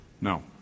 No